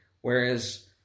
Whereas